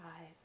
eyes